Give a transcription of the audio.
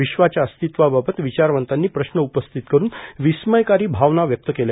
विश्वाच्या अस्तित्वाबावत विचारवंतांनी प्रश्न उपस्थित करून विस्मय्कारी भावना व्यक्त केल्या